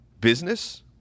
business